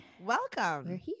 Welcome